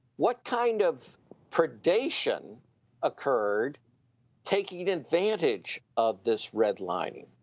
what kind of predation occurred taking advantage of this redlining.